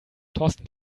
thorsten